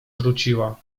wróciła